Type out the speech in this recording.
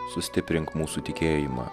sustiprink mūsų tikėjimą